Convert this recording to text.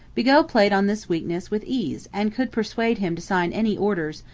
bigot played on this weakness with ease and could persuade him to sign any orders,